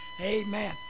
Amen